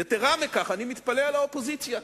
יתירה מזו, אני מתפלא על האופוזיציה.